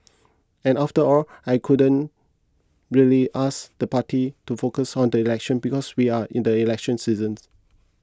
and after all I couldn't really ask the party to focus on the election because we are in the election season